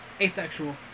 asexual